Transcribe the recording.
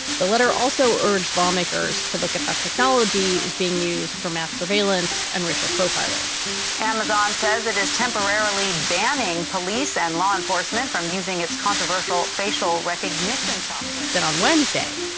the letter also urged lawmakers to look at how technology is being used for mass surveillance and racial profiling amazon says it is temporarily banning police and law enforcement from using its controversial facial recognition software then on wednesday,